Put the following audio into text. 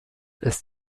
ist